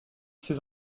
ces